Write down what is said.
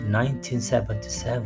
1977